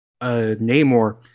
Namor